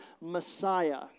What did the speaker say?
Messiah